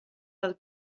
del